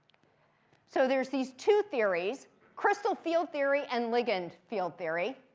so there's these two theories crystal field theory and ligand field theory.